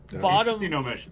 bottom